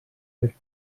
per